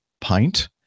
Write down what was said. Pint